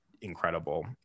incredible